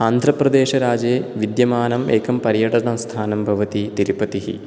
आन्ध्रप्रदेशराजे विद्यमानम् एकं पर्यटनस्थानं भवति तिरुपतिः